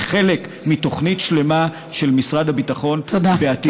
חלק מתוכנית שלמה של משרד הביטחון בעתיד,